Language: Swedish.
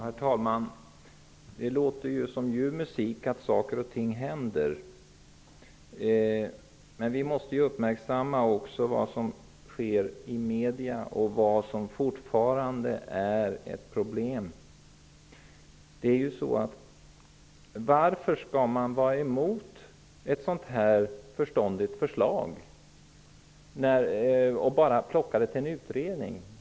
Herr talman! Det låter som ljuv musik att saker och ting händer. Men vi måste uppmärksamma vad som sker i medierna och vad som fortfarande är ett problem. Varför är man emot ett så förståndigt förslag och tar det enbart med som en del av en utredning?